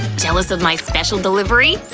jealous of my special delivery?